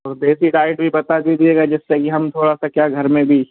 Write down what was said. और देसी डाइट भी बता दीजिएगा जिससे की हम थोड़ा सा क्या घर में भी